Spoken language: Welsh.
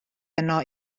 yno